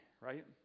right